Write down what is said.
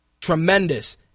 Tremendous